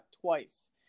twice